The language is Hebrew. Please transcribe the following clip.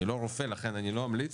אני לא רופא לכן אני לא אמליץ